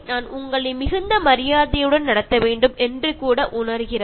അതിനാൽ അവർ വളരെ ആദരവോടെ അതിനെ സമീപിക്കുന്നു